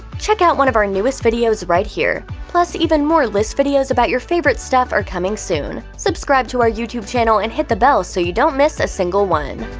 check out one of our newest videos right here! plus, even more list videos about your favorite stuff are coming soon. subscribe to our youtube channel and hit the bell so you don't miss a single one.